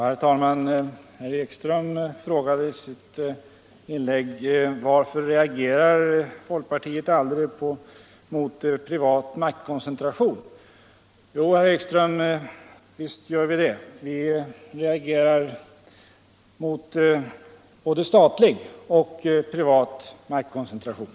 Herr talman! Herr Ekström frågar i sitt inlägg: Varför reagerar folkpartiet aldrig mot privat maktkoncentration? Jo, herr Ekström, visst gör vi det. Vi reagerar mot både statlig och privat maktkoncentration.